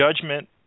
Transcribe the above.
judgment